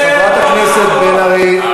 חברת הכנסת בן ארי,